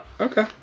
Okay